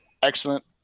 Excellent